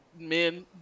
men